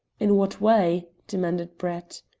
in what way? demanded brett.